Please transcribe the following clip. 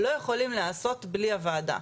לא יכולים להיעשות בלי הוועדה.